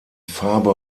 farbe